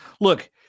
look